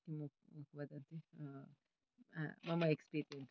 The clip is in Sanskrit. मम वदति मम एक्स्पीरियन्स्